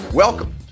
Welcome